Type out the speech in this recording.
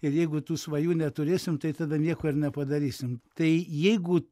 ir jeigu tų svajų neturėsim tai tada nieko ir nepadarysim tai jeigu